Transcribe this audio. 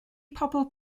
pobl